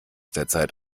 derzeit